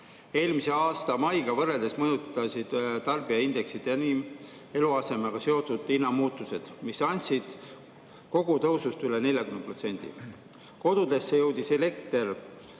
Eelmise aasta maiga võrreldes mõjutasid tarbijaindeksit enim eluasemega seotud hinnamuutused, mis andsid kogutõusust üle 40%. Kodudesse jõudnud elekter